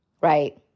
right